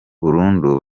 burundu